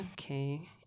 okay